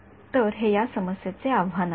तर हे या समस्येचे आव्हान आहे आणि